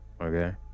okay